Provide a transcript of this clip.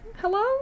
hello